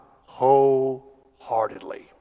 wholeheartedly